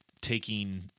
taking